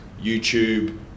YouTube